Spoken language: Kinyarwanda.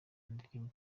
indirimbo